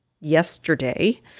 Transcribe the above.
yesterday